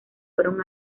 fueron